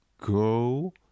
go